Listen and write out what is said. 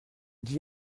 dis